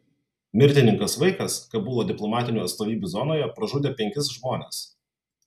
mirtininkas vaikas kabulo diplomatinių atstovybių zonoje pražudė penkis žmones